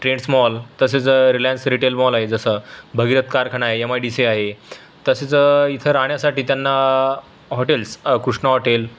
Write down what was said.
trends mall तसेच Reliance retail mall आहे जसं भगीरत कारखाना आहे एम आय डी सी आहे तसेच इथं राहण्यासाठी त्यांना हॉटेल्स कृष्ण हॉटेल